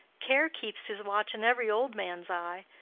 care keeps his watch in every old man's eye,